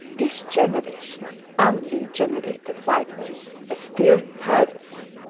this generation of unregenerated vipers was still perverse,